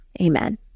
amen